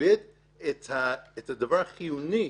נאבד את הדבר החיוני,